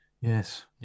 yes